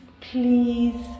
please